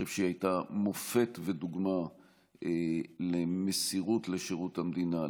שאני חושב שהיא הייתה מופת ודוגמה למסירות לשירות המדינה,